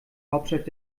hauptstadt